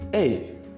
Hey